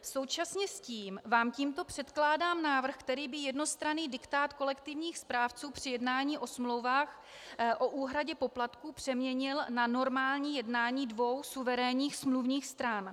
Současně s tím vám předkládám návrh, který by jednostranný diktát kolektivních správců při jednání o smlouvách o úhradě poplatků přeměnil na normální jednání dvou suverénních smluvních stran.